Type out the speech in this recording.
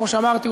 כמו שאמרתי,